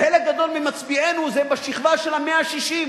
חלק גדול ממצביעינו הם בשכבה של ה-160.